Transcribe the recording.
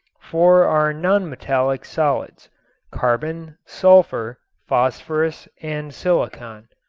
four are non-metallic solids carbon, sulfur, phosphorus and silicon.